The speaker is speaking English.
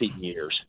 years